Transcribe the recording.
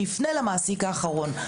שיפנה למעסיק האחרון.